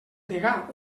degà